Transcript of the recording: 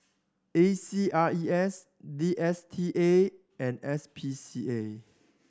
A C R E S D S T A and S P C A